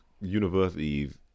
universities